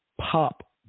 pop